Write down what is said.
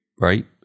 right